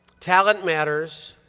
talent matters,